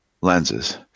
lenses